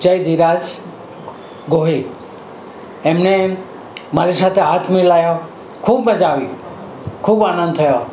જયધિરાજ ગોહિલ એમણે મારી સાથે હાથ મિલાવ્યો ખૂબ મજા આવી ખૂબ આનંદ થયો